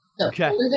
Okay